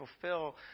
fulfill